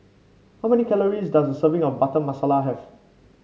how many calories does serving of Butter Masala have